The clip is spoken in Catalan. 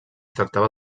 tractava